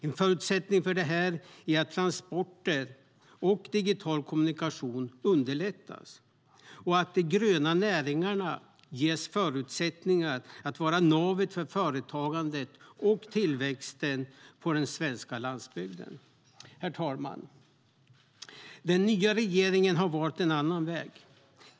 En förutsättning för detta är att transporter och digital kommunikation underlättas och att de gröna näringarna ges förutsättningar att vara navet för företagandet och tillväxten på den svenska landsbygden. Herr talman! Den nya regeringen har valt en annan väg.